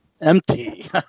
Empty